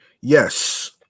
Yes